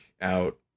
out